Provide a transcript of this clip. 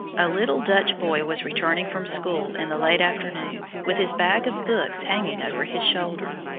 a little dutch boy was returning from school in the late afternoon, with his bag of books hanging over his shoulder,